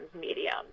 medium